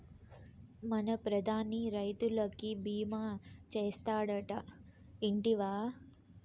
మన ప్రధాని రైతులకి భీమా చేస్తాడటా, ఇంటివా